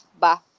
ba